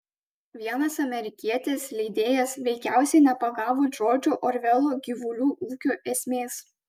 vienas amerikietis leidėjas veikiausiai nepagavo džordžo orvelo gyvulių ūkio esmės